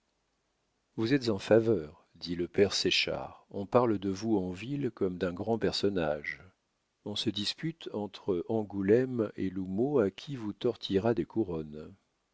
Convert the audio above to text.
vous êtes en faveur dit le père séchard on parle de vous en ville comme d'un grand personnage on se dispute entre angoulême et l'houmeau à qui vous tortillera des couronnes